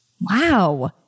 Wow